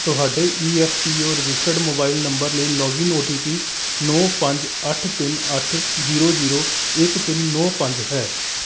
ਤੁਹਾਡੇ E F P O registered mobile number ਲਈ login O T P ਨੌਂ ਪੰਜ ਅੱਠ ਤਿੰਨ ਅੱਠ ਜ਼ੀਰੋ ਜ਼ੀਰੋ ਇੱਕ ਤਿੰਨ ਨੌਂ ਪੰਜ ਹੈ